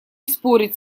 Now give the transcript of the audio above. спорить